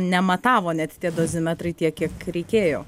nematavo net tie dozimetrai tiek kiek reikėjo